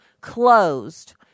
closed